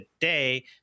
today